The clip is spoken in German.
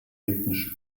ethnische